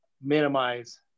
minimize